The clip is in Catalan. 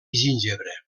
gingebre